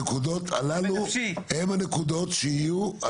הנקודות הללו הן הנקודות שיהיו,